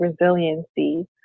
resiliency